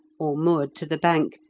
or moored to the bank,